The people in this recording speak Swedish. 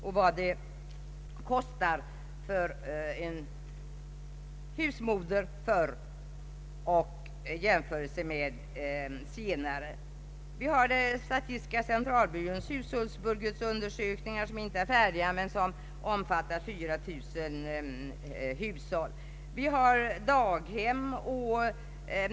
Man har där även gjort jämförelser mellan kostnaderna för en husmor förr och nu. Jag vill även nämna statistiska centralbyråns hushållsbudgetundersökningar, som inte är färdiga men som omfattar 4 000 hushåll.